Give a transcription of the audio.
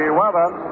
weather